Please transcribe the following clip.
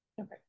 Okay